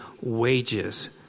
wages